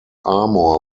armour